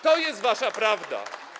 To jest wasza prawda.